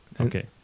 Okay